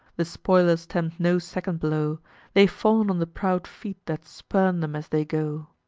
the spoilers tempt no second blow they fawn on the proud feet that spurn them as they go.